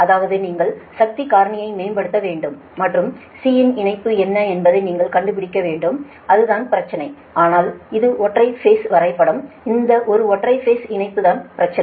அதாவது நீங்கள் சக்தி காரணியை மேம்படுத்த வேண்டும் மற்றும் C இன் மதிப்பு என்ன என்பதை நீங்கள் கண்டுபிடிக்க வேண்டும் அதுதான் பிரச்சனை ஆனால் இது ஒற்றை பேஸ் வரைபடம் இந்த ஒரு ஒற்றை பேஸ் இணைப்பு தான் பிரச்சனை